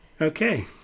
Okay